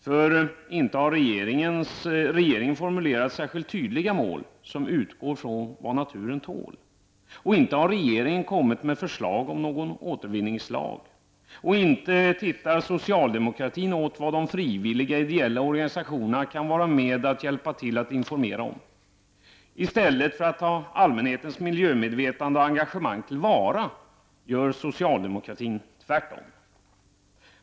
För inte har regeringen formulerat särskilt tydliga mål som utgår från vad naturen tål! Och inte har regeringen kommit med förslag om någon återvinningslag! Och inte tittar socialdemokratin åt vad de frivilliga ideella organisationerna kan vara med och hjälpa till att informera om. I stället för att ta allmänhetens miljömedvetande och engagemang till vara gör socialdemokratin tvärtom.